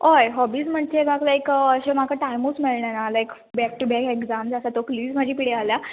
हय होबीज म्हणजे म्हाका लायक म्हाका टायमच मेळना like back to back exams आसा तकलीय म्हजी पिड्ड्यार जाल्या